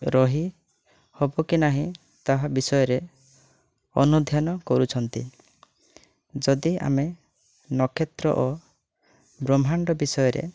ରହି ହେବକି ନାହିଁ ତାହା ବିଷୟରେ ଅନୁଧ୍ୟାନ କରୁଛନ୍ତି ଯଦି ଆମେ ନକ୍ଷତ୍ର ଓ ବ୍ରହ୍ମାଣ୍ଡ ବିଷୟରେ